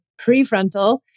prefrontal